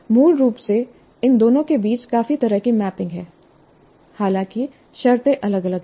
मूल रूप से इन दोनों के बीच काफी तरह की मैपिंग है हालांकि शर्तें अलग अलग हैं